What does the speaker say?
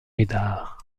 médard